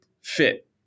fit